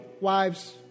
wives